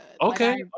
Okay